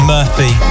Murphy